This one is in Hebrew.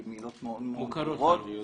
הן מילות מאוד-מאוד ברורות,